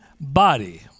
body